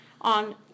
on